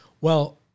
Well-